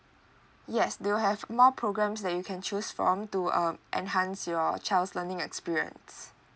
yes they will have more programs that you can choose from to um enhance your child's learning experience